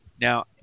Now